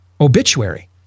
obituary